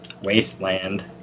Wasteland